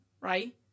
Right